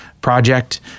project